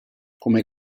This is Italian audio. come